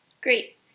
Great